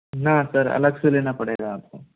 ना सर अलग से लेना पड़ेगा आपको